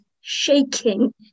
shaking